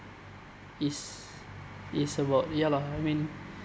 is is about ya lor I mean